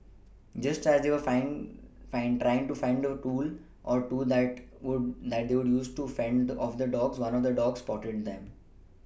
just as they were flying find finding to find a tool or two that would that to use to fend the off the dogs one of the dogs spotted them